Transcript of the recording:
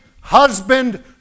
husband